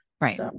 Right